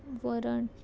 वरण